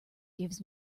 gives